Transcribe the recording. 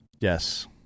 Yes